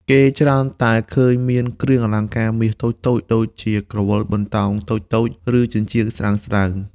គេច្រើនតែឃើញមានគ្រឿងអលង្ការមាសតូចៗ ដូចជា ក្រវិល បន្តោងតូចៗ ឬចិញ្ចៀនស្ដើងៗ។